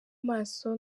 maso